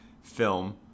film